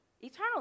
Eternal